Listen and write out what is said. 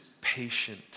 patient